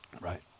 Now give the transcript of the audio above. Right